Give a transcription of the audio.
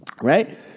Right